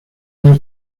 were